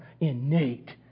innate